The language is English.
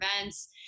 events